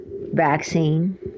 vaccine